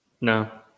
No